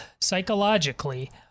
psychologically